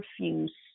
refuse